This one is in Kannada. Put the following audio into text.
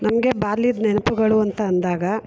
ನನಗೆ ಬಾಲ್ಯದ ನೆನಪುಗಳು ಅಂತ ಅಂದಾಗ